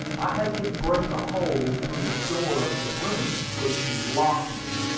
i had to break a hole through the door of the room in which you locked me,